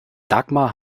dagmar